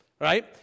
Right